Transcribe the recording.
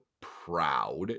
proud